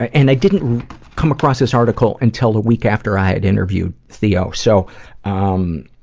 and i didn't come across this article until a week after i had interviewed theo, so um,